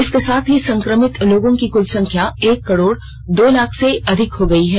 इसके साथ ही संक्रमित लोगों की कुल संख्या एक करोड दो लाख से अधिक हो गई है